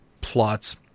plots